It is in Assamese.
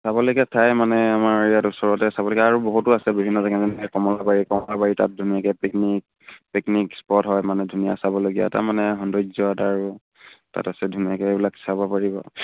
চাবলগীয়া ঠাই মানে আমাৰ ইয়াত ওচৰতে চাবলগীয়া আৰু বহুতো আছে বিভিন্ন জেগা যেনে কমলাবাৰী কমলাবাৰী তাত ধুনীয়াকৈ পিকনিক পিকনিক স্পট হয় মানে ধুনীয়া চাবলগীয়া তাৰ মানে সৌন্দৰ্যত আৰু তাত আছে ধুনীয়াকৈ এইবিলাক চাব পাৰিব